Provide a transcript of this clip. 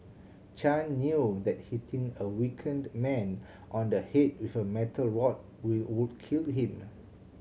Chan knew that hitting a weakened man on the head with a metal rod would kill him